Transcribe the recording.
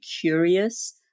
curious